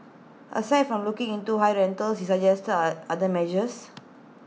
aside from looking into high rentals he suggested A other measures